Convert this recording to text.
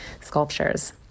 sculptures